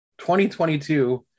2022